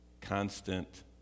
constant